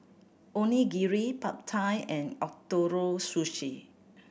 Onigiri Pad Thai and Ootoro Sushi